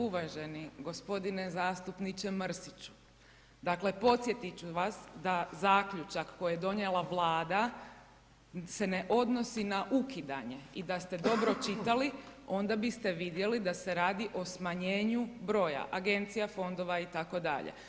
Poštovani i uvaženi gospodine zastupniče Mrsiću, dakle podsjetit ću vas da zaključak koji je donijela Vlada se ne odnosi na ukidanje i da ste dobro čitali onda bi st vidjeli da se radi o smanjenju broja agencija, fondova itd.